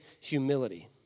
humility